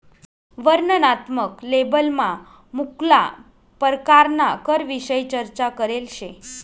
वर्णनात्मक लेबलमा मुक्ला परकारना करविषयी चर्चा करेल शे